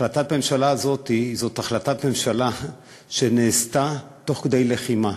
החלטת הממשלה הזאת נעשתה תוך כדי לחימה.